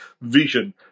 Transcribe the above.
vision